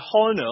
honor